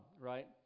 right